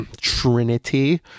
trinity